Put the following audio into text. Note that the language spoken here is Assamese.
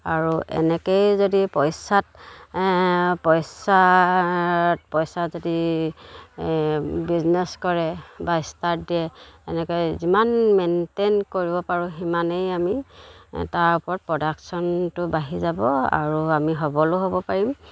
আৰু এনেকৈয়ে যদি পইচাত পইচা পইচা যদি বিজনেছ কৰে বা ষ্টাৰ্ট দিয়ে এনেকৈ যিমান মেইনটেইন কৰিব পাৰোঁ সিমানেই আমি তাৰ ওপৰত প্ৰডাকশচনটো বাঢ়ি যাব আৰু আমি সবলো হ'ব পাৰিম